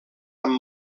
amb